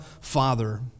Father